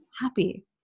happy